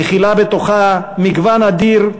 מכילה בתוכה מגוון אדיר,